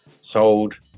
sold